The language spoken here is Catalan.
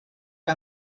que